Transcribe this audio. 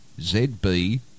Z-B